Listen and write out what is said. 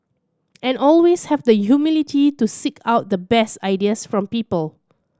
and always have the humility to seek out the best ideas from people